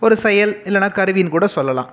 ஒரு செயல் இல்லைனா கருவின்னு கூட சொல்லலாம்